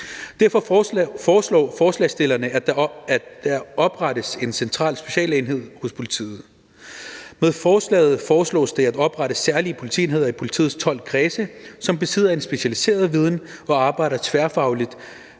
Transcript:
Derfor foreslår forslagsstillerne, at der oprettes en central specialenhed hos politiet. Med forslaget foreslås det at oprette særlige politienheder i politiets 12 kredse, som besidder en specialiseret viden og arbejder tværfagligt